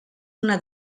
una